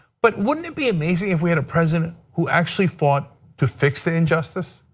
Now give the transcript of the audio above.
but wouldn't it be amazing if we had a president who actually fought to fix the injustice?